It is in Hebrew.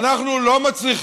ואנחנו לא מצליחים.